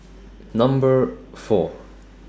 Number four